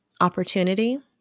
opportunity